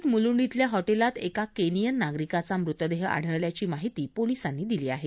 मुंबईत मुलूंड श्विल्या हॉटेलात एका केनियन नागरिकाचा मुतदेह आढळल्याची माहिती पोलीसांनी दिली आहे